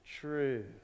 True